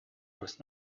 was